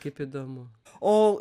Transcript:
kaip įdomu o